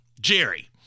Jerry